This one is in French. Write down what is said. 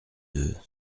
deux